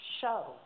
show